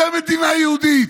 זה מדינה יהודית,